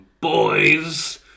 boys